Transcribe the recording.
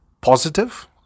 positive